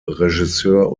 regisseur